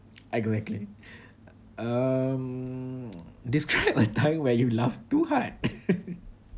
I go and um describe a time where you laughed too hard